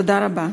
תודה רבה.